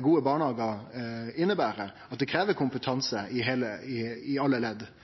gode barnehagar inneber – at det krevst kompetanse i alle ledd –